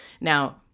Now